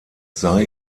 sei